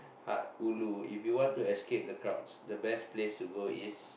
heart ulu if you want to escape the crowd the best place to go is